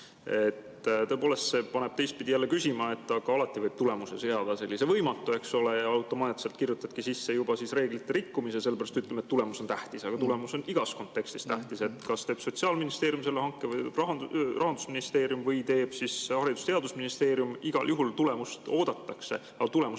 Tõepoolest, see paneb teistpidi jälle küsima, et alati võib seada sellise võimatu tulemuse ja automaatselt kirjutada sisse juba reeglite rikkumise, sellepärast et ütleme, et tulemus on tähtis. Aga tulemus on igas kontekstis tähtis. Kas teeb Sotsiaalministeerium selle hanke või teeb Rahandusministeerium või teeb Haridus‑ ja Teadusministeerium – igal juhul tulemust oodatakse. Aga tulemused